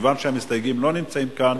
כיוון שהמסתייגים לא נמצאים כאן,